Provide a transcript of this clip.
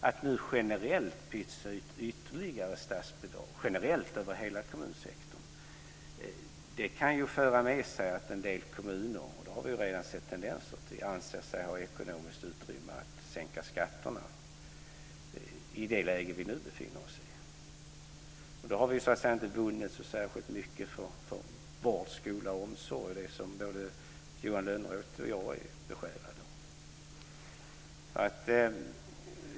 Att nu generellt över hela kommunsektorn pytsa ut ytterligare statsbidrag kan föra med sig att en del kommuner - det har vi ju redan sett tendenser till - anser sig ha ekonomiskt utrymme för att sänka skatterna. I det läge som vi nu befinner oss i har vi därmed inte vunnit särskilt mycket för vården, skolan och omsorgen, något som ju både Johan Lönnroth och jag är besjälade av.